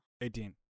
Eighteen